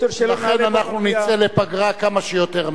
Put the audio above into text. לכן אנחנו נצא לפגרה כמה שיותר מהר.